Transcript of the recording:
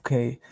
Okay